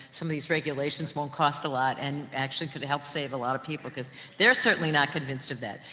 some these regulations won't cost a lot, and actually could help save a lot of people, because they're certainly not convinced of that.